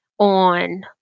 on